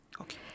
Okay